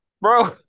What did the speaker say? Bro